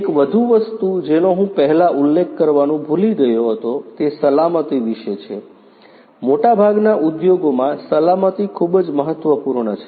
એક વધુ વસ્તુ જેનો હું પહેલાં ઉલ્લેખ કરવાનું ભૂલી ગયો હતો તે સલામતી વિશે છે મોટાભાગના ઉદ્યોગોમાં સલામતી ખૂબ જ મહત્વપૂર્ણ છે